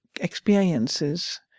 experiences